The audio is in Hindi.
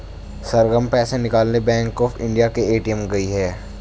सरगम पैसे निकालने बैंक ऑफ इंडिया के ए.टी.एम गई है